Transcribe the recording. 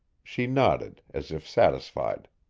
she nodded as if satisfied.